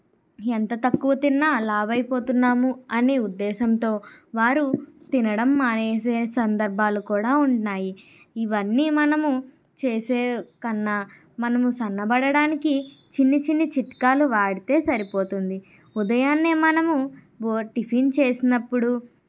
ఎంత తక్కువ తిన్నా లావైపోతున్నాము అనే ఉద్దేశముతో వారు తినడం మానేసే సందర్భాలు కూడా ఉన్నాయి ఇవన్నీ మనము చేసే కన్నా మనము సన్నబడడానికి చిన్ని చిన్ని చిట్కాలు వాడితే సరిపోతుంది ఉదయాన్నే మనం భో టిఫిన్ చేసినప్పుడు